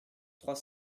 trois